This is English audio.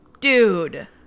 Dude